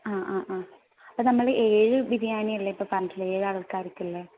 ആ ആ ആ അപ്പം നമ്മൾ ഏഴ് ബിരിയാണിയല്ലേ ഇപ്പം പറഞ്ഞിട്ടുള്ളത് ഏഴ് ആൾക്കാർക്കുള്ളത്